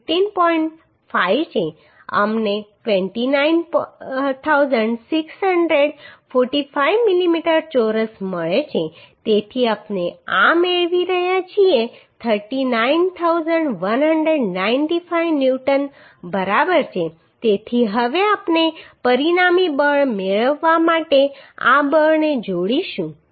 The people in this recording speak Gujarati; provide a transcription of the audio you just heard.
5 છે અમને 29645 મિલીમીટર ચોરસ મળ્યો છે તેથી આપણે આ મેળવી રહ્યા છીએ 39195 ન્યુટન બરાબર છે તેથી હવે આપણે પરિણામી બળ મેળવવા માટે આ બળને જોડીશું